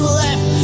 left